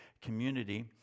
community